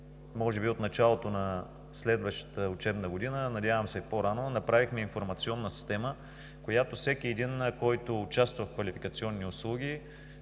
може би от началото на следващата учебна година, надявам се и по-рано, направихме информационна система, която всеки един, който участва в квалификационни услуги,